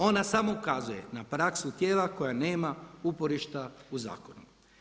Ona samo ukazuje na praksu tijela koja nema uporišta u zakonu.